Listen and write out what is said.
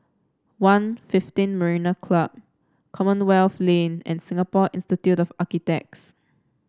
One Fifteen Marina Club Commonwealth Lane and Singapore Institute of Architects